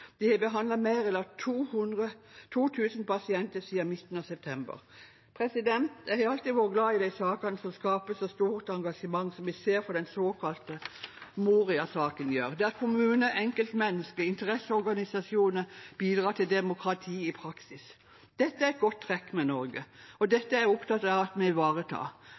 De har behandlet mer enn 2 000 pasienter siden midten av september. Jeg har alltid vært glad i de sakene som skaper så stort engasjement som vi ser den såkalte Moria-saken gjør, der kommuner, enkeltmennesker og interesseorganisasjoner bidrar til demokrati i praksis. Dette er et godt trekk ved Norge, og dette er jeg opptatt av at vi ivaretar.